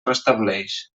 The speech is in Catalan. restableix